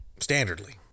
standardly